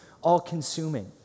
all-consuming